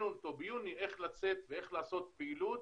איך לצאת ואיך לעשות פעילות.